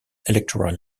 electoral